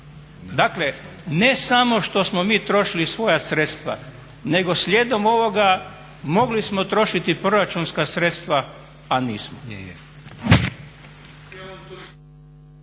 Dakle, ne samo što smo mi trošili svoja sredstva nego slijedom ovoga mogli smo trošiti proračunska sredstva, a nismo.